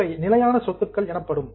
இவை நிலையான சொத்துக்கள் எனப்படும்